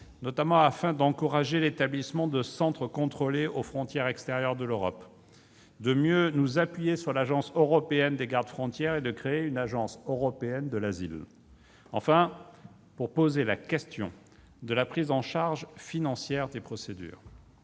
notamment afin d'encourager l'établissement de centres contrôlés aux frontières extérieures de l'Europe, de mieux nous appuyer sur l'Agence européenne de garde-frontières et de créer une Agence européenne de l'asile, enfin, de poser la question de la prise en charge financière des procédures.